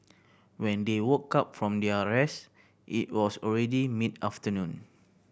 when they woke up from their rest it was already mid afternoon